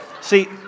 See